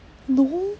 no